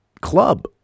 Club